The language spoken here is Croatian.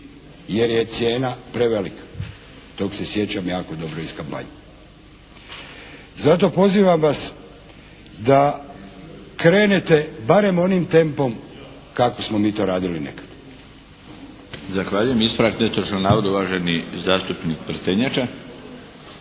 jer je cijena prevelika. Tog se sjećam jako dobro iz kampanje. Zato pozivam vas da krenete barem onim tempom kako smo mi to radili nekad. **Milinović, Darko (HDZ)** Zahvaljujem. Ispravak netočnog navoda, uvaženi zastupnik Prtenjača.